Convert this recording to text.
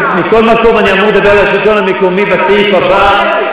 מכל מקום אני אמור לדבר על השלטון המקומי בסעיף הבא.